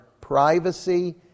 privacy